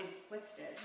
inflicted